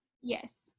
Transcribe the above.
Yes